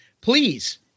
Please